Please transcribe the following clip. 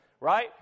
right